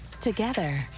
Together